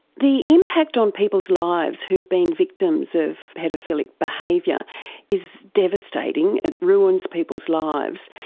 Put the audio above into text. the impact on people's lives who've been victims of paedophilic behaviour is devastating, it ruins people's lives.